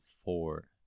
four